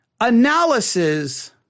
analysis